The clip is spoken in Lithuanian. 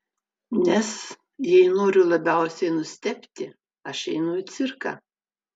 nes jei noriu labiausiai nustebti aš einu į cirką